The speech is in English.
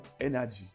energy